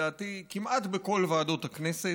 לדעתי כמעט בכל ועדות הכנסת.